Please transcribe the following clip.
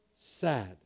sad